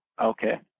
Okay